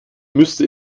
müsste